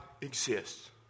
exists